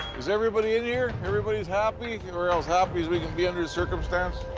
is everybody in here? everybody's happy? or as happy as we can be under the circumstance.